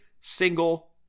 single